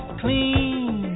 clean